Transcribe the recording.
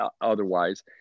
otherwise